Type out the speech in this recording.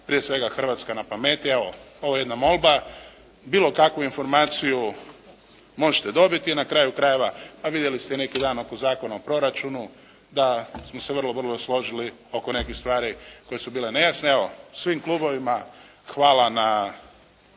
prije svega Hrvatska na pameti. Evo ovo je jedna molba, bilo kakvu informaciju možete dobiti na kraju krajeva, a vidjeli ste i neki dan oko Zakona o proračunu da smo se vrlo, vrlo složili oko nekih stvari koje su bile nejasne. Evo. Svim klubovima hvala na